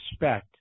respect